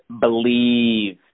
believe